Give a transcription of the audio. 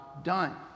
done